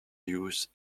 use